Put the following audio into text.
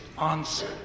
answer